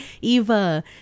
eva